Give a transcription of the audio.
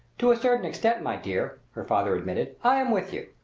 to a certain extent, my dear, her father admitted, i am with you.